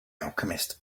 alchemist